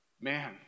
Man